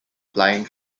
flying